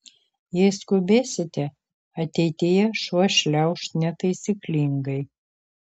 jei skubėsite ateityje šuo šliauš netaisyklingai